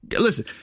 listen